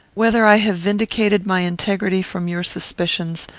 whether i have vindicated my integrity from your suspicions,